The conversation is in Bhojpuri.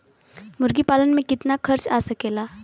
मुर्गी पालन में कितना खर्च आ सकेला?